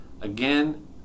again